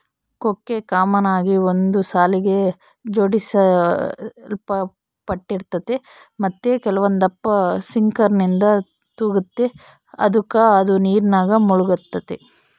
ಕೊಕ್ಕೆ ಕಾಮನ್ ಆಗಿ ಒಂದು ಸಾಲಿಗೆ ಜೋಡಿಸಲ್ಪಟ್ಟಿರ್ತತೆ ಮತ್ತೆ ಕೆಲವೊಂದಪ್ಪ ಸಿಂಕರ್ನಿಂದ ತೂಗ್ತತೆ ಅದುಕ ಅದು ನೀರಿನಾಗ ಮುಳುಗ್ತತೆ